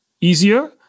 easier